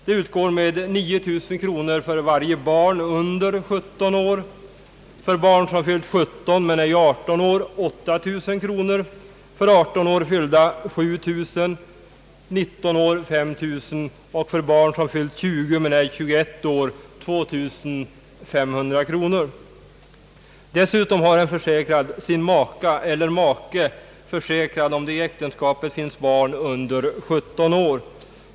Det utgår med 9000 kronor för varje barn under 17 år, med 8 000 för barn som fyllt 17 men inte 18 år, 7 000 för barn som fyllt 18 år, 5 000 för barn som fyllt 19 år och 2500 kronor för barn som fyllt 20 men ej 21 år. Dessutom har en försäkrad sin maka eller make försäkrad, om det i äktenskapet finns barn under 17 år.